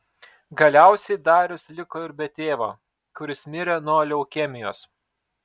galiausiai darius liko ir be tėvo kuris mirė nuo leukemijos